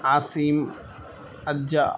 Asim Ejaz